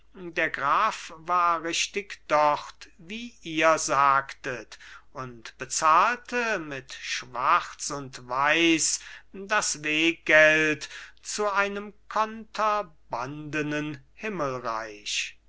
der graf war richtig dort wie ihr sagtet und bezahlte mit schwarz und weiß das weggeld zu einem konterbandenen himmelreich